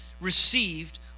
received